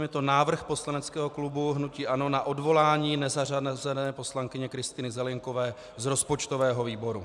Je to návrh poslaneckého klubu hnutí ANO na odvolání nezařazené poslankyně Kristýny Zelienkové z rozpočtového výboru.